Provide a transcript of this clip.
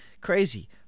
crazy